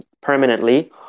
permanently